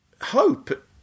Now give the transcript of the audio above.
hope